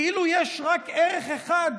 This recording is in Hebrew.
כאילו יש רק ערך אחד